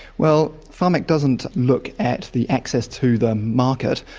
well, pharmac doesn't look at the access to the market.